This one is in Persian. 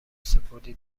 سپردی